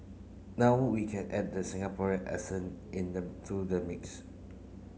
now we can add the Singaporean accent in them to the mix